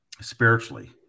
spiritually